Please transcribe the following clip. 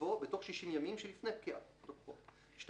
יבוא "בתוך 60 ימים שלפני פקיעת תוקפו"; (2)